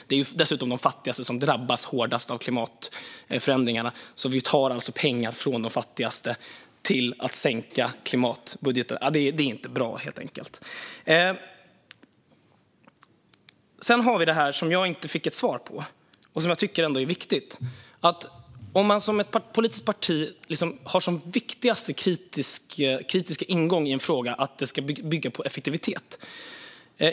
Det är dessutom de fattigaste som drabbas hårdast av klimatförändringarna. Man tar alltså pengar från de fattigaste till att sänka klimatbudgeten. Det är inte bra, helt enkelt. Sedan har vi det som jag inte fick något svar på och som jag tycker är viktigt, nämligen att man som politiskt parti har som sin viktigaste kritiska ingång i en fråga att något ska bygga på effektivitet.